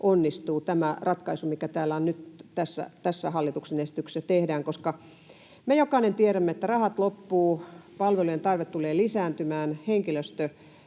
onnistuu tämä ratkaisu, mikä nyt tässä hallituksen esityksessä tehdään, koska me jokainen tiedämme, että rahat loppuvat, palvelujen tarve tulee lisääntymään, henkilöstön